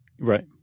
right